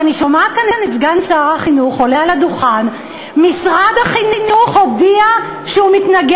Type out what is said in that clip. אני שומעת כאן את סגן שר החינוך עולה על הדוכן איפה שר החינוך,